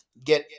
Get